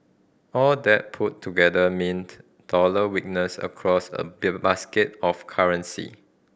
all that put together mean dollar weakness across a basket of currency